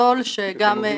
הגם שאני יודע שיש גם צד שני,